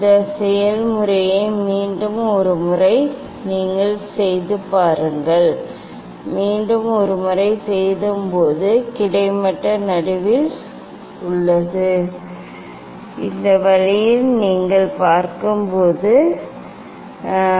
இந்த செயல்முறையை மீண்டும் ஒரு முறை நீங்கள் மீண்டும் பார்க்கிறீர்கள் மீண்டும் ஒரு முறை நீங்கள்பார்க்கிறீர்கள் இது கிட்டத்தட்ட நடுவில் உள்ளது இந்த வழியில் நீங்கள் பார்க்கும் முறை கிட்டத்தட்ட நடுவில் உள்ளது